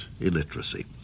illiteracy